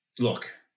look